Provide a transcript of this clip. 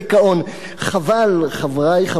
חבל, חברי חברי הכנסת.